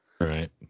Right